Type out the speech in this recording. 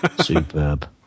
Superb